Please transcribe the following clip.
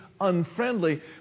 unfriendly